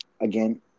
again